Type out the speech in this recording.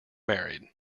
married